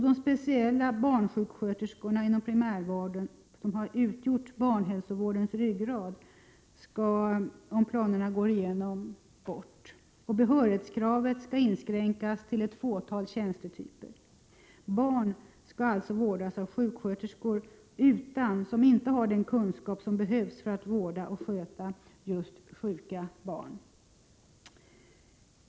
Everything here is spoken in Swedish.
De speciella barnsjuksköterskorna, som inom primärvården har utgjort barnhälsovårdens ryggrad, skall bort om planerna går igenom, och behörighetskravet skall inskränkas till ett fåtal tjänstetyper. Barn skall alltså vårdas av sjuksköterskor som inte har den kunskap som behövs för att de skall kunna vårda och sköta just sjuka barn. Herr talman!